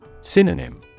Synonym